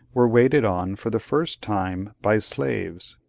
were waited on, for the first time, by slaves.